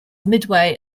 midway